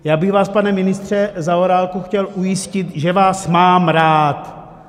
Já bych vás, pane ministře Zaorálku, chtěl ujistit, že vás mám rád.